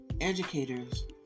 educators